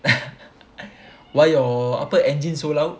why your apa engine so loud